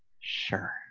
sure